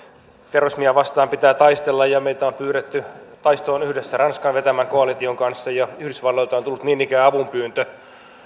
terrorismia vastaan pitää taistella meitä on pyydetty taistoon yhdessä ranskan vetämän koalition kanssa ja yhdysvalloilta on tullut niin ikään avunpyyntö